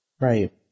Right